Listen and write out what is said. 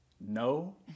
no